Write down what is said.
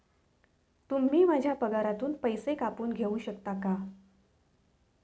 तुम्ही माझ्या पगारातून पैसे कापून घेऊ शकता का?